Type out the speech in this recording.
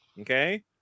Okay